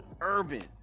URBAN